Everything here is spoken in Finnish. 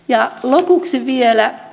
ja lopuksi vielä